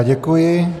Děkuji.